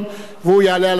הוא יעלה על הבמה,